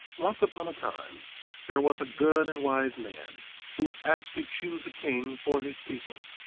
once upon a time there was a good and wise man who was asked to choose a king for his people.